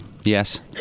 Yes